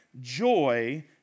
joy